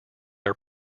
are